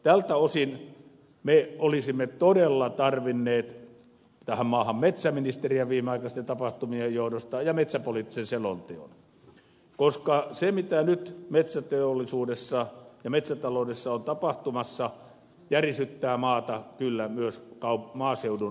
tältä osin me olisimme viimeaikaisten tapahtumien johdosta todella tarvinneet tähän maahan metsäministeriä ja metsäpoliittisen selonteon koska se mitä nyt metsäteollisuudessa ja metsätaloudessa on tapahtumassa järisyttää maata kyllä myös maaseudun kehityksen osalta